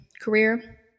career